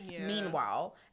Meanwhile